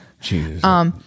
Jesus